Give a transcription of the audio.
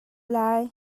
lai